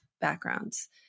backgrounds